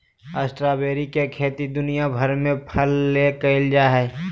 strawberry के खेती दुनिया भर में फल ले कइल जा हइ